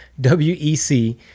WEC